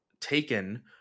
taken